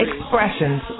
expressions